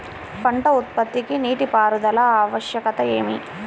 పంట ఉత్పత్తికి నీటిపారుదల ఆవశ్యకత ఏమి?